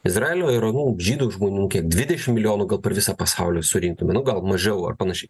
izraelio yra nu žydų žmonių kiek dvidešim milijonų gal per visą pasaulį surinktum nu gal mažiau ar panašiai